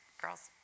Girls